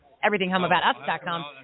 EverythingHomeAboutUs.com